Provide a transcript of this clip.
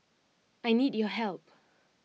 I need your help